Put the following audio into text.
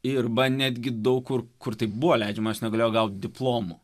ir arba netgi daug kur kur tik buvo leidžiamas negalėjo gauti diplomo